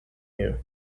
you